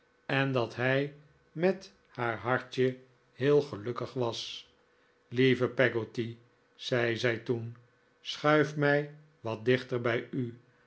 en dat hij met haar hartje heel gelukkig was lieve peggotty zei zij toen schuif mij wat dichter bij u